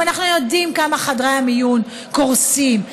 אנחנו יודעים כמה חדרי המיון קורסים,